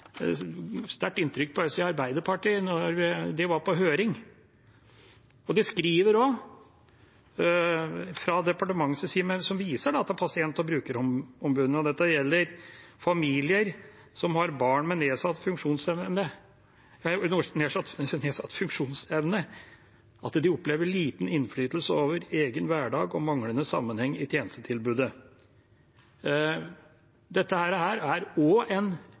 sterkt inntrykk på oss i Arbeiderpartiet da de var på høring – fra departementets side viser en også til pasient- og brukerombudene. Dette gjaldt familier som har barn med nedsatt funksjonsevne, de opplever liten innflytelse over egen hverdag og manglende sammenheng i tjenestetilbudet. Dette er også en viktig del av kvalitets- og